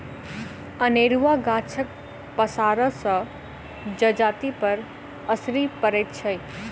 अनेरूआ गाछक पसारसँ जजातिपर असरि पड़ैत छै